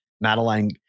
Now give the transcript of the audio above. Madeline